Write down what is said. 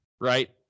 right